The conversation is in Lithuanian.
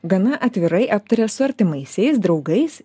gana atvirai aptaria su artimaisiais draugais